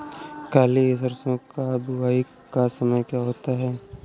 काली सरसो की बुवाई का समय क्या होता है?